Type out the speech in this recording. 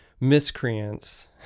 miscreants